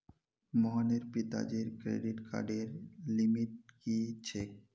मोहनेर पिताजीर क्रेडिट कार्डर लिमिट की छेक